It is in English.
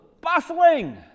bustling